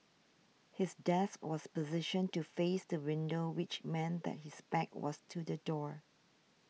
his desk was positioned to face the window which meant that his back was to the door